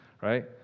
right